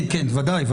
ודאי.